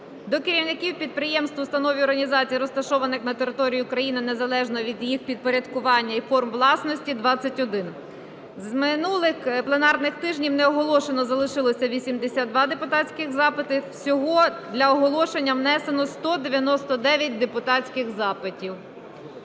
до керівників підприємств, установ і організацій, розташованих на території України, незалежно від їх підпорядкування і форм власності – 21. З минулих пленарних тижнів не оголошеними залишилися 82 депутатських запити. Всього для оголошення внесено 199 депутатських запитів.